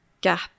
gap